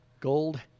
Gold